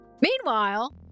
Meanwhile